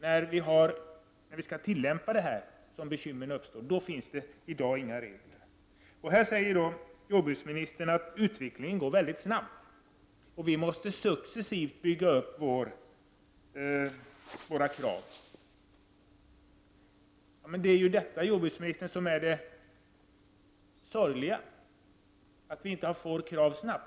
när vi skall tillämpa resultaten av forskning som bekymmer uppstår. För detta finns i dag inga regler. Jordbruksministern säger att utvecklingen går mycket snabbt och att vi måste bygga upp vår kontrollverksamhet successivt. Men det är ju detta som är det sorgliga, jordbruksministern, att vi inte får fram kontrollmöjligheter snabbt.